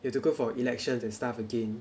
you have to go for elections and stuff again